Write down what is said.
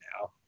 now